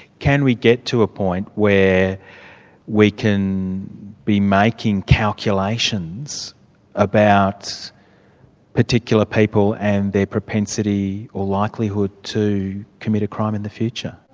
can we get to a point where we can be making calculations about particular people and their propensity or likelihood to commit a crime in the future?